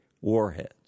warheads